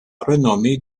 renommée